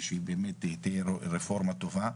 ושהיא תהיה רפורמה טובה.